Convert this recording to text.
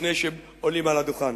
לפני שעולים על הדוכן.